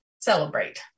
celebrate